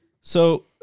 So-